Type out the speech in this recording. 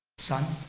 son,